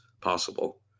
possible